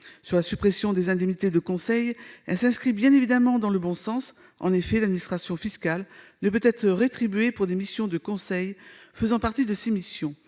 La suppression des indemnités de conseil s'inscrit bien évidemment dans le bon sens. En effet, l'administration fiscale ne peut être rétribuée pour des missions de conseil faisant partie de ses missions.